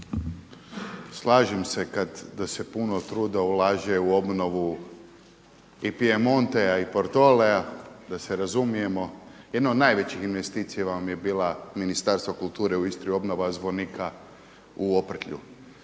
Slažem se da se puno truda ulaže u obnovu i Pijemonteja i Portoleja, da se razumijemo. Jedna od najvećih investicija vam je bila Ministarstvo kulture u Istri, obnova zvonika u Oprtlju.